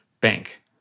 bank